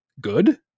good